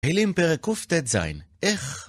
תהילים פרק קט"ז. איך